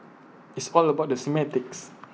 it's all about the semantics